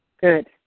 Good